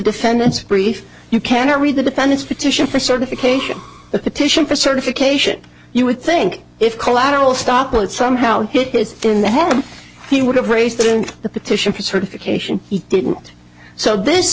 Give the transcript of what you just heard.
defendant's brief you cannot read the defendant's petition for certification the petition for certification you would think if collateral stoplights somehow hit this in the head he would have raised it in the petition for certification he didn't so this